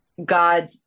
God